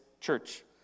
church